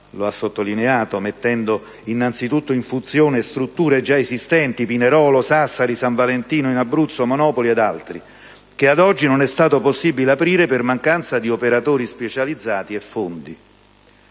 lo ha sottolineato - mettendo innanzitutto in funzione strutture già esistenti (Pinerolo, Sassari, San Valentino in Abruzzo, Monopoli e altri) che ad oggi non è stato possibile aprire per mancanza di operatori specializzati e fondi.